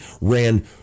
ran